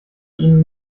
ihnen